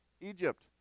Egypt